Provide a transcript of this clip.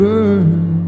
Burn